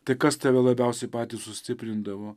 tai kas tave labiausiai patį sustiprindavo